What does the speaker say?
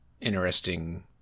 interesting